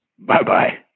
Bye-bye